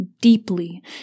deeply